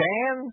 Dan